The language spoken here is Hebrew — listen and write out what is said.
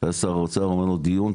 היה שר האוצר אומר לו דיון,